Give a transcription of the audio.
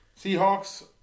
Seahawks